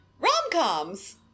rom-coms